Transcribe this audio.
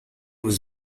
was